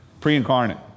pre-incarnate